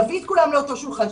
נביא את כולם לאותו שולחן,